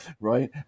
right